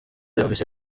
yumvise